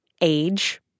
age